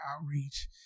outreach